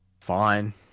fine